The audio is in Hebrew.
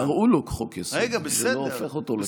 קראו לו חוק-יסוד, זה לא הופך אותו לחוק כזה.